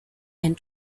and